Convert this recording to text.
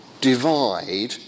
divide